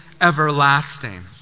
everlasting